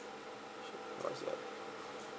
what is that